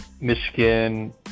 Michigan